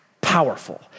powerful